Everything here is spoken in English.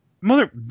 Mother